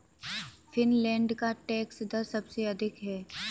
Finland का tax दर सबसे अधिक है